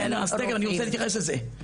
בסדר, אז אני רוצה להתייחס לזה.